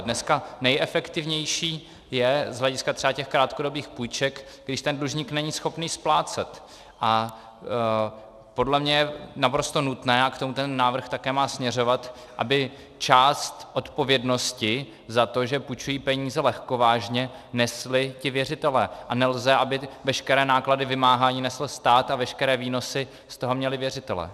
Dneska nejefektivnější je z hlediska třeba těch krátkodobých půjček, když ten dlužník není schopný splácet, a podle mě je naprosto nutné, a k tomu ten návrh také má směřovat, aby část odpovědnosti za to, že půjčují peníze lehkovážně, nesli ti věřitelé, a nelze, aby veškeré náklady vymáhání nesl stát a veškeré výnosy z toho měli věřitelé.